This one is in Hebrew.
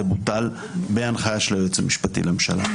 זה בוטל בהנחיה היועץ המשפטי לממשלה.